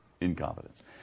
incompetence